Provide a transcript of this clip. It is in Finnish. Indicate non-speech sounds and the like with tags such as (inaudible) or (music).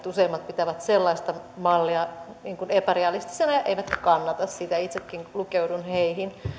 (unintelligible) useimmat pitävät sellaista mallia epärealistisena eivätkä kannata sitä itsekin lukeudun heihin